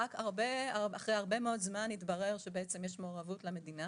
רק אחרי הרבה מאוד זמן התברר שבעצם יש למדינה מעורבות בזה,